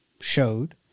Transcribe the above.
showed